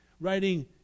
writing